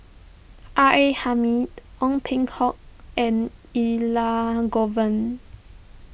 R A Hamid Ong Peng Hock and Elangovan